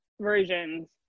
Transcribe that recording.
versions